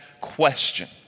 question